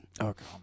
Okay